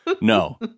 No